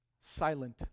Silent